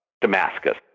Damascus